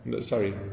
Sorry